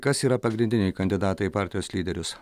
kas yra pagrindiniai kandidatai į partijos lyderius